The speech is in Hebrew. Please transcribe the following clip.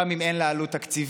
גם אם אין לה עלות תקציבית,